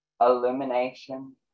illumination